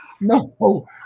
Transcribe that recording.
No